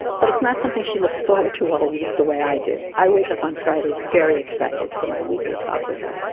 but it's not something she looks forward to all week the way i do. i wake up on fridays very excited for my weekly talk with her.